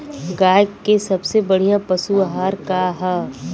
गाय के सबसे बढ़िया पशु आहार का ह?